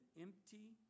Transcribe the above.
empty